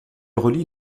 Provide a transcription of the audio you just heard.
relie